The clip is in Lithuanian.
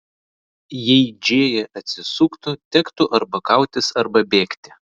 jei džėja atsisuktų tektų arba kautis arba bėgti